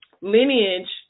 lineage